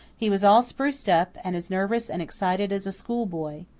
he was all spruced up, and as nervous and excited as a schoolboy.